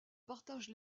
partage